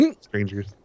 strangers